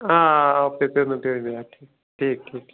آ او کے ٹھیٖک ٹھیٖک